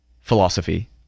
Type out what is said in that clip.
philosophy